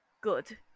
Good